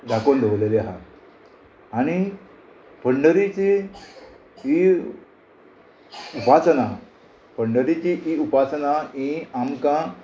दाखोवन दवरलेले आहा आनी पंडरीची ही उपासना पंढरीची ही उपासना ही आमकां